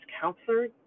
counselor